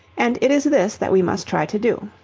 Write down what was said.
and it is this that we must try to do.